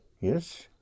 yes